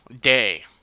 day